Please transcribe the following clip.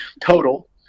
total